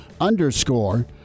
underscore